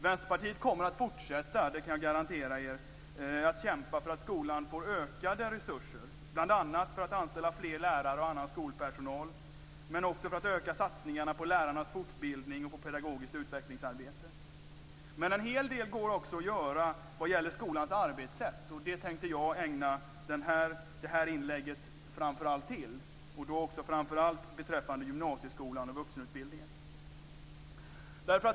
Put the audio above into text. Vänsterpartiet kommer att fortsätta - det kan jag garantera er - att kämpa för att skolan får ökade resurser, bl.a. för att anställa fler lärare och annan skolpersonal men också för att öka satsningarna på lärarnas fortbildning och på pedagogiskt utvecklingsarbete. Men en hel del går också att göra vad gäller skolans arbetssätt. Det tänkte jag framför allt ägna det här inlägget åt, liksom åt gymnasieskolan och vuxenutbildningen.